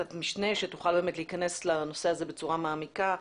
משנה שתוכל להיכנס לנושא הזה בצורה מעמיקה,